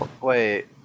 Wait